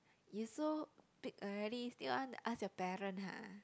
you so big already still want to ask your parent ah